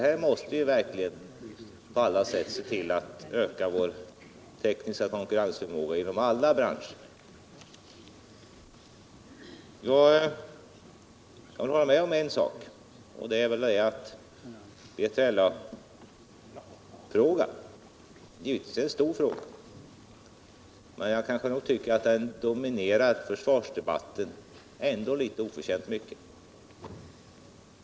Här måste vi verkligen på alla sätt se till att vi ökar vår tekniska konkurrensförmåga inom alla branscher. Jag håller med om att B3LA-frågan givetvis är en stor fråga, men jag tycker nog ändå att den dominerar försvarsdebatten litet oförtjänt mycket.